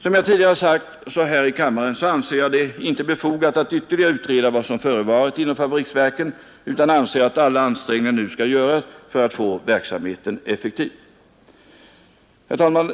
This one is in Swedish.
Som jag tidigare sagt i denna kammare anser jag det inte vara befogat att ytterligare utreda vad som förevarit inom förenade fabriksverken utan anser att alla ansträngningar nu skall göras för att få verksamheten effektiv. Herr talman!